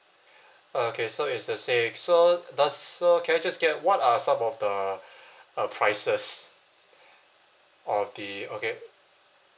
okay so it's the same so also can I just get what are some of the uh prices or the okay